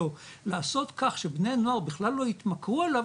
לעשות כך שבני נוער בכלל לא התמכרו אליו,